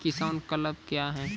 किसान क्लब क्या हैं?